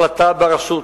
ההחלטה ברשות.